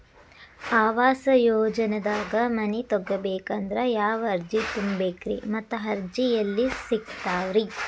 ಆವಾಸ ಯೋಜನೆದಾಗ ಮನಿ ತೊಗೋಬೇಕಂದ್ರ ಯಾವ ಅರ್ಜಿ ತುಂಬೇಕ್ರಿ ಮತ್ತ ಅರ್ಜಿ ಎಲ್ಲಿ ಸಿಗತಾವ್ರಿ?